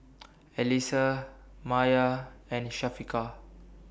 Alyssa Maya and Syafiqah